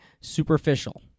superficial